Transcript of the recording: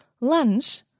lunch